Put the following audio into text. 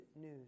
news